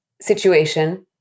situation